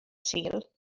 sul